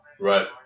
Right